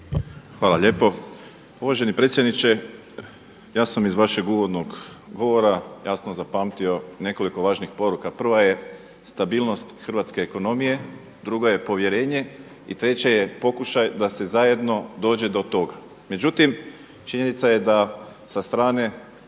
Hvala lijepo. Uvaženi predsjedniče ja sam iz vašeg uvodnog govora jasno zapamtio nekoliko važnih poruka. Prva je stabilnost hrvatske ekonomije. Druga je povjerenje i treća je pokušaj da se zajedno dođe do tog. Međutim, činjenica je da sa strane oporbe mi